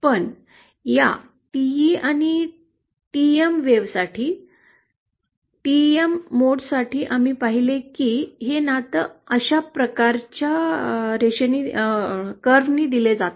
पण या टीई आणि टीएम वेव्हसाठी टीएम मोड्ससाठी आम्ही पाहिलं की हे नातं अशा प्रकारच्या ओळीने दिलं जातं